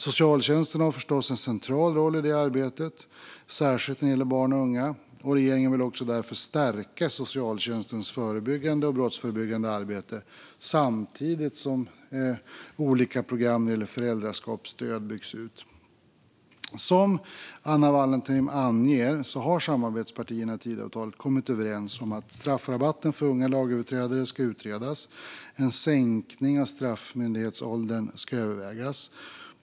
Socialtjänsten har förstås en central roll i det arbetet, och regeringen vill därför stärka socialtjänstens förebyggande och brottsförebyggande arbete samtidigt som olika program för föräldraskapsstöd byggs ut. Som Anna Wallentheim anger har samarbetspartierna i Tidöavtalet kommit överens om att straffrabatten för unga lagöverträdare ska utredas och att en sänkning av straffmyndighetsåldern ska övervägas.